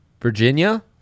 Virginia